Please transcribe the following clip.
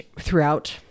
throughout